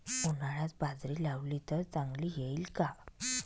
उन्हाळ्यात बाजरी लावली तर चांगली येईल का?